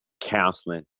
counseling